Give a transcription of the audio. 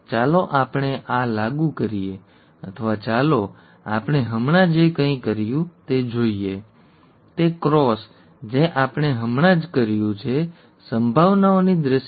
ચાલો આપણે આ લાગુ કરીએ અથવા ચાલો આપણે હમણાં જે કંઈ કર્યું તે જોઈએ તે ક્રોસ જે આપણે હમણાં જ કર્યું છે સંભાવનાઓની દ્રષ્ટિએ